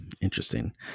Interesting